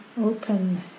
open